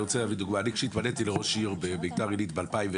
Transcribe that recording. אני רוצה לתת דוגמה: כשאני התמניתי לראש עיר בבית"ר עילית ב-2001,